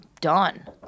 done